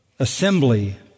assembly